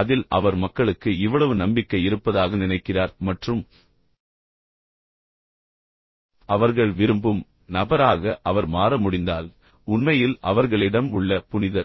அதில் அவர் மக்களுக்கு இவ்வளவு நம்பிக்கை இருப்பதாக நினைக்கிறார் மற்றும் அவர்கள் விரும்பும் நபராக அவர் மாற முடிந்தால் உண்மையில் அவர்களிடம் உள்ள புனிதர்